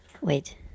Wait